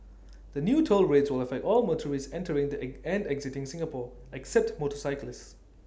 the new toll rates will affect all motorists entering and exiting Singapore except motorcyclists